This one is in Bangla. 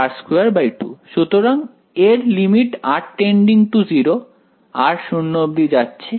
সুতরাং এর কি